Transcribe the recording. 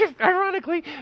ironically